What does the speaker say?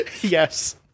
Yes